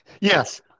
Yes